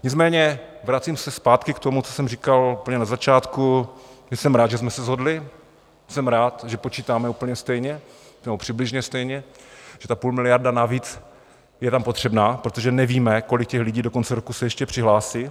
Nicméně vracím se zpátky k tomu, co jsem říkal úplně na začátku, že jsem rád, že jsme se shodli, jsem rád, že počítáme úplně stejně, nebo přibližně stejně, že ta půlmiliarda navíc je tam potřebná, protože nevíme, kolik těch lidí do konce roku se ještě přihlásí.